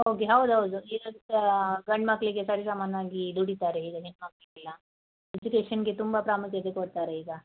ಹೋಗಿ ಹೌದು ಹೌದು ಈಗ ಸಹ ಗಂಡು ಮಕ್ಕಳಿಗೆ ಸರಿಸಮಾನವಾಗಿ ದುಡೀತಾರೆ ಈಗ ಹೆಣ್ಣುಮಕ್ಳು ಎಲ್ಲ ಎಜುಕೇಷನ್ನಿಗೆ ತುಂಬ ಪ್ರಾಮುಖ್ಯತೆ ಕೊಡ್ತಾರೆ ಈಗ